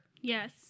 Yes